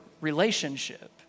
relationship